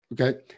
okay